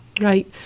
Right